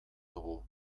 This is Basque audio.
dugu